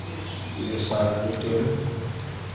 ये सारा डिटेल